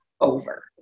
over